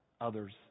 others